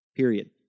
period